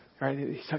right